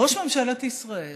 ראש ממשלת ישראל